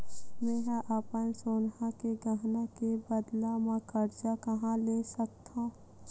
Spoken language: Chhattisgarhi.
मेंहा अपन सोनहा के गहना के बदला मा कर्जा कहाँ ले सकथव?